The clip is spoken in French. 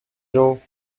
gens